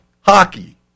hockey